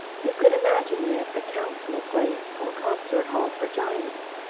you could imagine it a council-place or concert-hall for giants,